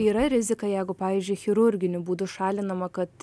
yra rizika jeigu pavyzdžiui chirurginiu būdu šalinama kad